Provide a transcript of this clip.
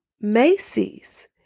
macy's